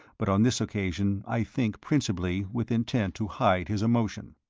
but on this occasion, i think, principally with intent to hide his emotion.